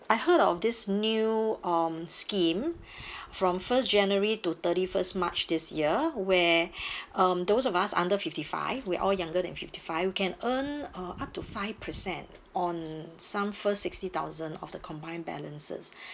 I heard of this new um scheme from first january to thirty first march this year where um those of us under fifty-five we're all younger than fifty-five can earn uh up to five percent on some first sixty thousand of the combined balances